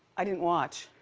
i didn't watch.